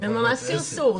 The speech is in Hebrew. זה ממש סרסור.